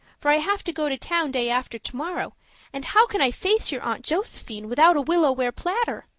for i have to go to town day after tomorrow and how can i face your aunt josephine without a willow-ware platter?